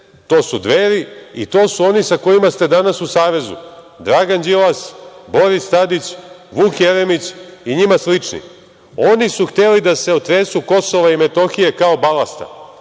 DSS, Dveri i to su oni sa kojima ste danas u savezu, Dragan Đilas, Boris Tadić, Vuk Jeremić i njima slični. Oni su hteli da se otresu KiM kao balasta.